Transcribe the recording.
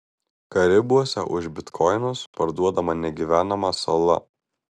karibuose už bitkoinus parduodama negyvenama sala